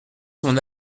son